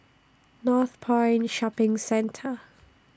Northpoint Shopping Centre